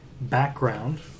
Background